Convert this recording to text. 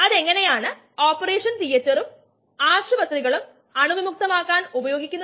അന്നജം വ്യവസായത്തിൽ അമിലേസുകൾ ഗ്ലൂക്കോസ് ഐസോമെറേസ് എന്നിവ ഉപയോഗിക്കുന്നു